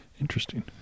Interesting